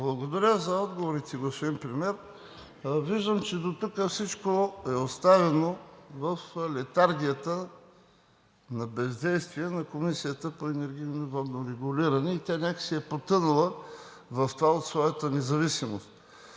Благодаря за отговорите, господин Премиер. Виждам, че дотук всичко е оставено в летаргията на бездействие на Комисията за енергийно и водно регулиране и тя някак си е потънала в това от своята независимост.